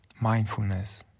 mindfulness